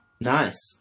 Nice